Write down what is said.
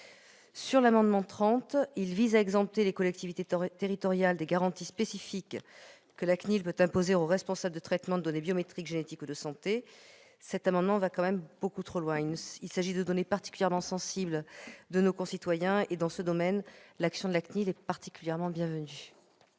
à l'amendement n° 30, il vise à exempter les collectivités territoriales des garanties spécifiques que la CNIL peut imposer aux responsables de traitements de données biométriques, génétiques ou de santé. Cet amendement va beaucoup trop loin. Il s'agit de données particulièrement sensibles de nos concitoyens et, dans ce domaine, l'action de la CNIL est singulièrement la bienvenue.